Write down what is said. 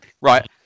right